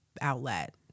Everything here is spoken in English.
outlet